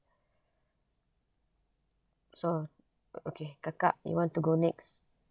so oh okay kakak you want to go next